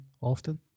often